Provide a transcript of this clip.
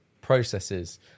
processes